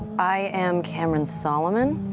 i am cameron solomon.